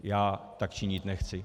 Já tak činit nechci.